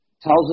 tells